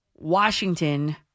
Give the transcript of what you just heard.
Washington